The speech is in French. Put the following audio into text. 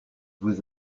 vous